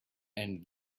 and